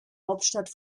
hauptstadt